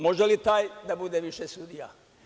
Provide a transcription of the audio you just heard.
Može li taj da bude više sudija?